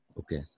Okay